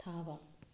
ꯊꯥꯕ